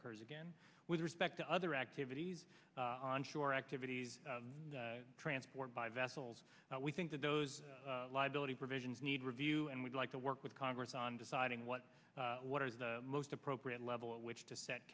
occurs again with respect to other activities onshore activities transported by vessels we think that those liability provisions need review and we'd like to work with congress on deciding what what are the most appropriate level at which to set